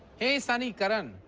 hey sunny, karan.